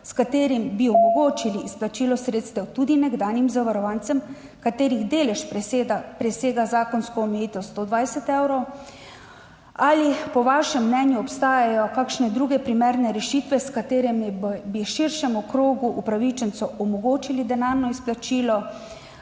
s katerim bi omogočili izplačilo sredstev tudi nekdanjim zavarovancem, katerih delež presega zakonsko omejitev 120 evrov? Ali po vašem mnenju obstajajo kakšne druge primerne rešitve, s katerimi bi širšemu krogu upravičencev omogočili denarno izplačilo?